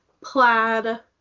plaid